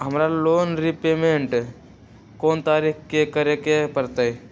हमरा loan repayment कोन तारीख के करे के परतई?